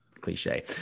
cliche